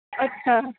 ਅੱਛਾ